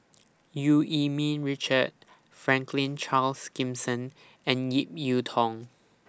EU Yee Ming Richard Franklin Charles Gimson and Ip Yiu Tung